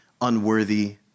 unworthy